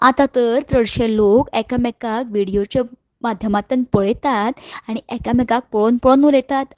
आतां तर चडशे लोक एकामेकांक व्हिडियोच्यो माध्यमांतन पळयतात आनी एकामेकाक पळोवन पळोवन उलयतात